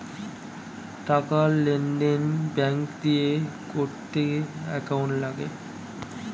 টাকার লেনদেন ব্যাঙ্ক দিয়ে করতে অ্যাকাউন্ট লাগে